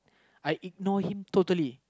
I ignore him totally